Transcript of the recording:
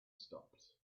stopped